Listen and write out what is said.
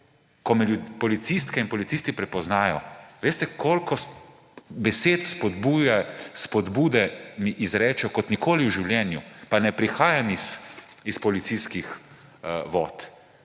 ko me policistke in policisti prepoznajo, veste, koliko besed spodbude mi izrečejo, kot nikoli v življenju. Pa ne prihajam iz policijskih vod.